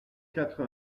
quatre